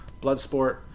Bloodsport